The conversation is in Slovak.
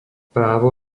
právo